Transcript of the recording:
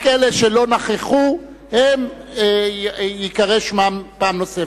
רק אלה שלא נכחו ייקרא שמם פעם נוספת.